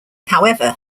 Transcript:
however